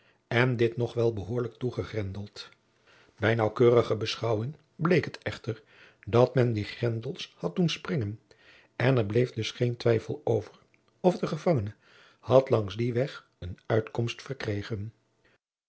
en dit nog wel behoorlijk toegegrendeld bij naauwkeurige beschouwing bleek het echter dat men die jacob van lennep de pleegzoon grendels had doen springen en er bleef dus geen twijfel over of de gevangene had langs dien weg een uitkomst verkregen